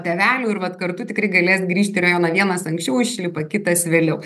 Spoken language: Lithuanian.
tėvelių ir vat kartu tikrai galės grįžti į rajoną vienas anksčiau išlipa kitas vėliau